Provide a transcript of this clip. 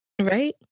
right